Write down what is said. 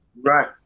Right